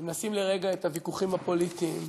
אם נשים לרגע את הוויכוחים הפוליטיים,